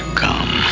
come